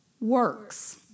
works